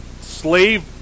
slave